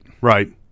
right